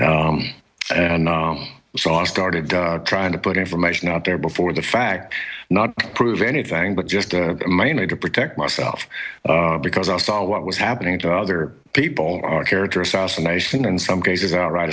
that and so i started trying to put information out there before the fact not prove anything but just a minute to protect myself because i saw what was happening to other people or character assassination in some cases outright